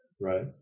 Right